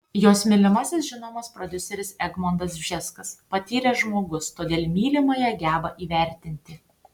jos mylimasis žinomas prodiuseris egmontas bžeskas patyręs žmogus todėl mylimąją geba įvertinti